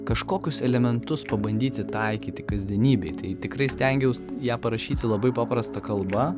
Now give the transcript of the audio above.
kažkokius elementus pabandyti taikyti kasdienybėj tai tikrai stengiaus ją parašyti labai paprasta kalba